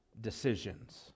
decisions